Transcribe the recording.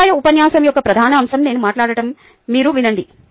సాంప్రదాయ ఉపన్యాసం యొక్క ప్రధాన అంశం నేను మాట్లాడటం మీరు వినండి